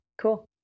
Cool